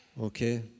Okay